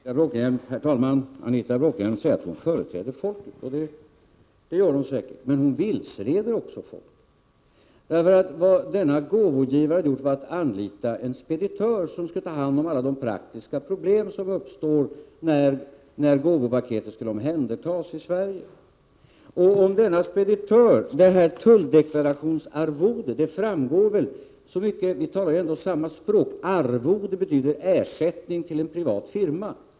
Herr talman! Anita Bråkenhielm säger att hon företräder folket, och det gör hon säkert. Men hon vilseleder också folket. Vad denna gåvogivare gjort är att han anlitat en speditör, som skulle ta hand om alla de praktiska problem som kunde uppstå när gåvopaketet skulle omhändertas i Sverige. Vi talar ju ändå samma språk, och arvode betyder ersättning till en privat firma.